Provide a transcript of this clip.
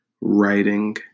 writing